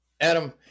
Adam